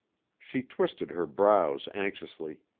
she twisted her brows anxiously.